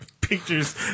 Pictures